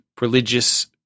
religious